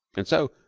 and so,